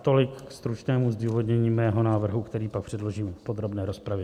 Tolik ke stručnému zdůvodnění mého návrhu, který pak předložím v podrobné rozpravě.